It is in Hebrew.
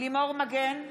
לימור מגן תלם,